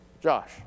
Josh